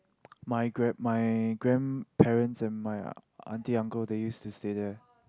my grand my grandparents and my auntie uncle they use to stay there